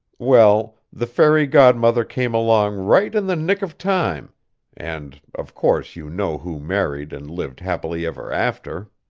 well, the fairy-godmother came along right in the nick of time and, of course, you know who married and lived happily ever after?